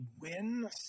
win